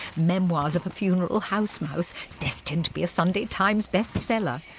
memoirs of a funeral house mouse destined to be a sunday times best seller.